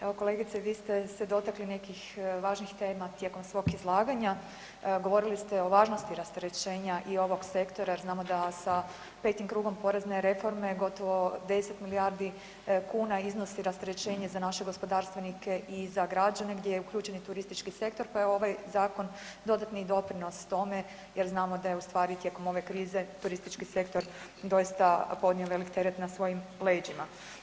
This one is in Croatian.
Evo kolegice vi ste se dotakli nekih važnih tema tijekom svog izlaganja, govorili ste o važnosti rasterećenja i ovog sektora jer znamo da sa 5 krugom porezne reforme gotovo 10 milijardi kuna iznosi rasterećenja za naše gospodarstvenike i za građane gdje je uključen i turistički sektor pa je ovaj zakon dodatni doprinos tome jer znamo da je u stvari tijekom ove krize turistički sektor doista podnio veliki teret na svojim leđima.